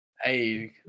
Hey